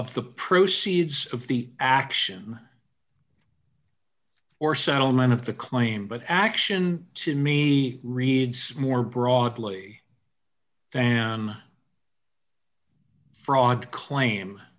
of the proceeds of the action or settlement of the claim but action to me reads more broadly than fraud claim